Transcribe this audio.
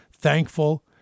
thankful